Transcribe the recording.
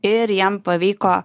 ir jam pavyko